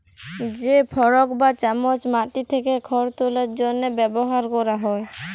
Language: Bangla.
যে ফরক বা চামচ মাটি থ্যাকে খড় তুলার জ্যনহে ব্যাভার ক্যরা হয়